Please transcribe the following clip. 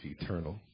eternal